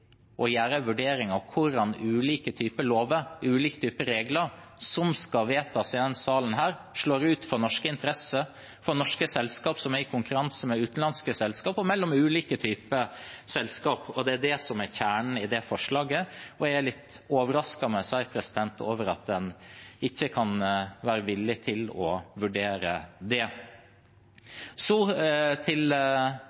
å gjøre vurderinger av hvordan ulike lover, ulike regler, som skal vedtas i denne salen, slår ut for norske interesser, for norske selskap som er i konkurranse med utenlandske selskap og mellom ulike selskap. Det er det som er kjernen i det forslaget, og jeg er litt overrasket over at man ikke kan være villig til å vurdere